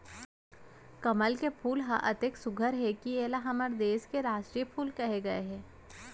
कमल के फूल ह अतेक सुग्घर हे कि एला हमर देस के रास्टीय फूल कहे गए हे